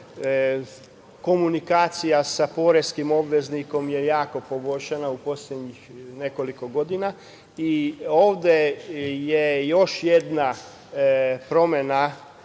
komunikacija sa poreskim obveznikom je jako poboljšana u poslednjih nekoliko godina. Ovde je još jedna promena